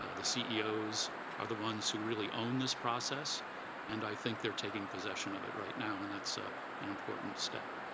ah the ceos are the ones who really own this process and i think they're taking possession of it right now and that's ah an important step.